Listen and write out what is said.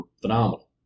phenomenal